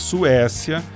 Suécia